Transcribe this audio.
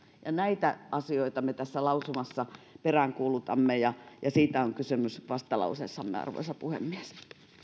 näitä asioita me tässä lausumassa peräänkuulutamme ja ja siitä on kysymys vastalauseessamme arvoisa puhemies